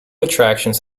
attractions